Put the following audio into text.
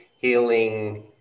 healing